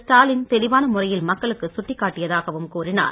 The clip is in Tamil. ஸ்டாலின் தெளிவான முறையில் மக்களுக்குச் சுட்டிக் காட்டியதாகவும் கூறினார்